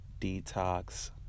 Detox